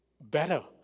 better